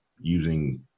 using